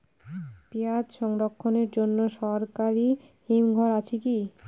পিয়াজ সংরক্ষণের জন্য সরকারি হিমঘর আছে কি?